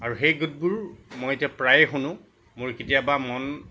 আৰু সেই গীতবোৰ মই এতিয়া প্ৰায়ে শুনো মোৰ কেতিয়াবা মন